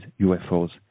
UFOs